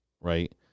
right